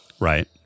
Right